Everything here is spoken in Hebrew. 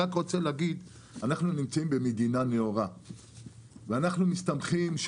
אנחנו נמצאים במדינה נאורה ואנחנו מסתמכים על